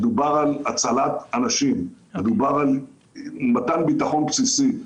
מדובר על הצלת אנשים, על מתן ביטחון בסיסי.